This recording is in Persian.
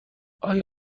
آیا